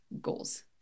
goals